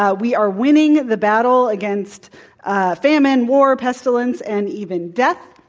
ah we are winning the battle against famine, war, pestilence and even death.